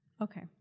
Okay